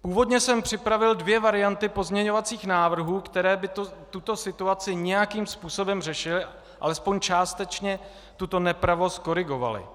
Původně jsem připravil dvě varianty pozměňovacích návrhů, které by tuto situaci nějakým způsobem řešily a alespoň částečně tuto nepravost korigovaly.